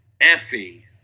Effie